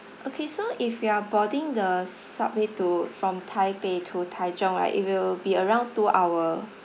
okay so if you're boarding the subway to from taipei to taizhong right it will be around two hour